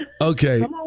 okay